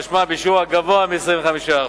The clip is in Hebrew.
משמע, בשיעור הגבוה מ-25%,